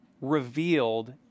revealed